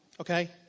Okay